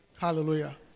Hallelujah